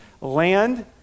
land